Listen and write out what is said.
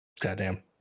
Goddamn